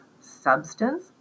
substance